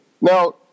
Now